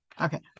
okay